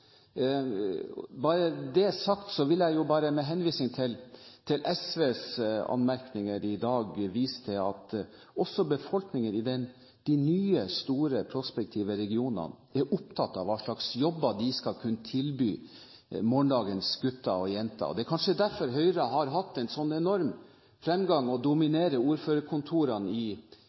Bare så det er sagt; jeg vil bare, med henvisning til SVs anmerkninger i dag, vise til at også befolkningen i de nye store, prospektive regionene er opptatt av hva slags jobber de skal kunne tilby morgendagens gutter og jenter. Det er kanskje derfor Høyre har hatt en så enorm fremgang og dominerer ordførerkontorene i